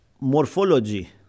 morphology